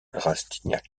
rastignac